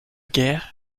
guerre